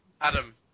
Adam